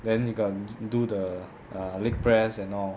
then you can do the uh leg press and all